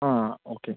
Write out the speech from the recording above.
ആ ഓക്കേ